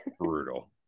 brutal